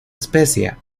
especia